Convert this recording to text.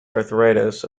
arthritis